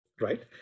Right